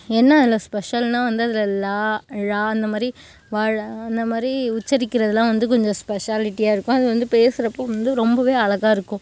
என்ன அதில் ஸ்பெஷல்னால் வந்து அதில் ல ழ அந்த மாதிரி வ ழ அந்த மாதிரி உச்சரிக்கிறதெலாம் வந்து கொஞ்சம் ஸ்பெஷாலிட்டியாக இருக்கும் அது வந்து பேசுகிறப்ப வந்து ரொம்பவே அழகாக இருக்கும்